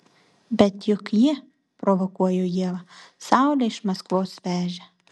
bet juk ji provokuoju ievą saulę iš maskvos vežė